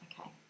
okay